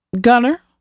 Gunner